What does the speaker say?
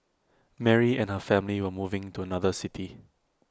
Mary and her family were moving to another city